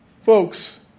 folks